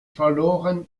verloren